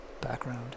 background